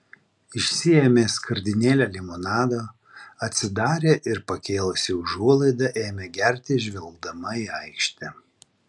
išsiėmė skardinėlę limonado atsidarė ir pakėlusi užuolaidą ėmė gerti žvelgdama į aikštę